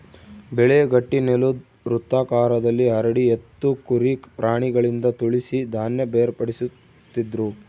ಬೆಳೆ ಗಟ್ಟಿನೆಲುದ್ ವೃತ್ತಾಕಾರದಲ್ಲಿ ಹರಡಿ ಎತ್ತು ಕುರಿ ಪ್ರಾಣಿಗಳಿಂದ ತುಳಿಸಿ ಧಾನ್ಯ ಬೇರ್ಪಡಿಸ್ತಿದ್ರು